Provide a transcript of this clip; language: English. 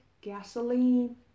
gasoline